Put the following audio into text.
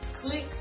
click